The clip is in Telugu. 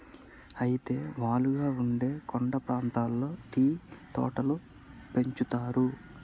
అయితే వాలుగా ఉండే కొండ ప్రాంతాల్లో టీ తోటలు పెంచుతారు